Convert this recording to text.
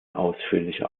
ausführliche